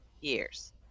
years